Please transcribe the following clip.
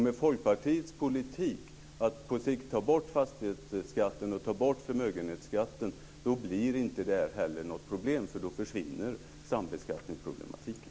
Med Folkpartiets politik, som syftar till att på sikt ta bort fastighetsskatten och förmögenhetsskatten, blir det här inte något problem, för då försvinner sambeskattningsproblematiken.